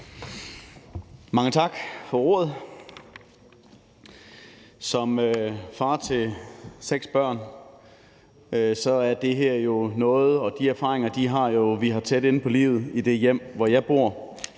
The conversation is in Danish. Mange tak for ordet. Som far til seks børn kan jeg sige, at det her bygger på erfaringer, som vi har tæt inde på livet i det hjem, hvor jeg bor,